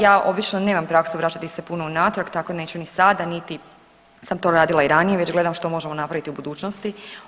Ja obično nemam praksu vraćati se puno unatrag tako neću ni sada niti sam to radila i ranije već gledam što možemo napraviti u budućnosti.